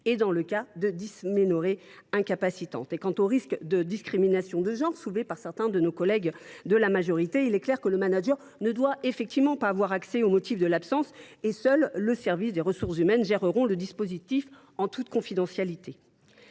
dans le cas de dysménorrhées incapacitantes. Quant au risque de discriminations de genre, soulevé par certains de nos collègues de la majorité, il est clair que le manager ne doit pas avoir à connaître le motif de l’absence ; seul le service des ressources humaines gérera le dispositif, en toute confidentialité.